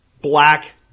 black